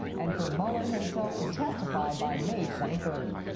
and for mueller himself to testify by may twenty third.